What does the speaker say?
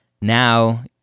Now